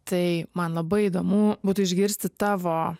tai man labai įdomu būtų išgirsti tavo